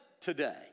today